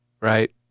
Right